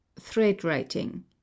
Thread-writing